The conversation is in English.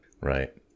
Right